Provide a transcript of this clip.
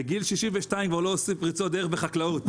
בגיל 62 כבר לא עושים פריצות דרך בחקלאות.